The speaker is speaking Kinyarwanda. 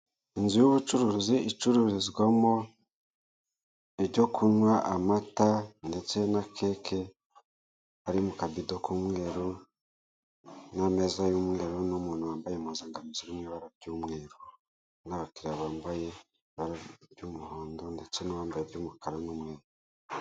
Inzu y'ubucuruzi icururizwamo ibyo kunywa amata ndetse na keke, ari mu nkabido k'umweru n'ameza y'umweru n'umuntu wamabye impuzankano ziri mu ibara ry'umweru n'abakiriya bambaye ibara ry'umuhondo ndetse n'uwambaye iry'umukara n'umweru.